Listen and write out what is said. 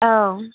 औ